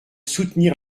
soutenir